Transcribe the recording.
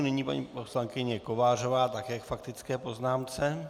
Nyní paní poslankyně Kovářová, také k faktické poznámce.